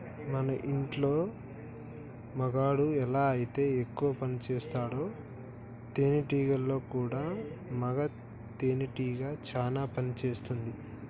మన ఇంటిలో మగాడు ఎలా అయితే ఎక్కువ పనిసేస్తాడో తేనేటీగలలో కూడా మగ తేనెటీగ చానా పని చేస్తుంది